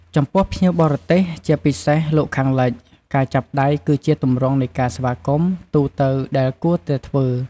ចំពោះភ្ញៀវបរទេស ជាពិសេសលោកខាងលិច ការចាប់ដៃ គឺជាទម្រង់នៃការស្វាគមន៍ទូទៅដែលគួរតែធ្វើ។